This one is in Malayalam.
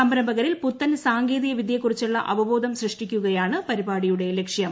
സംരംഭകരിൽ പുത്തൻ സാങ്കേതിക വിദ്യയെ കുറിച്ചുള്ള് അവബോധം സൃഷ്ടിക്കുകയാണ് പരിപാടിയുടെ ലക്ഷ്യം